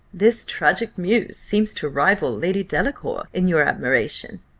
this tragic muse seems to rival lady delacour in your admiration.